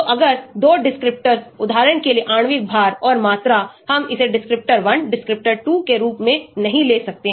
तोअगर 2 descriptors उदाहरण के लिए आणविक भार और मात्रा हम इसे descriptor 1 descriptor 2 के रूप में नहीं ले सकते